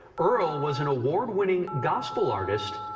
earl was an award winning gospel artist.